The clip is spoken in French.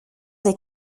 des